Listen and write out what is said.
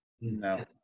No